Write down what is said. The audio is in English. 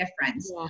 difference